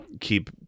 keep